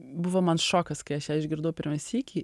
buvo man šokas kai aš ją išgirdau pirmą sykį